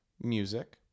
music